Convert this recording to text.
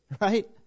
right